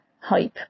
hype